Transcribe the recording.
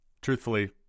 Truthfully